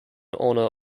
honour